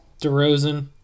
DeRozan